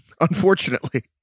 Unfortunately